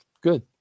Good